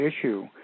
issue